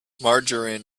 margarine